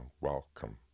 welcome